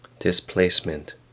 displacement